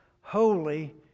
holy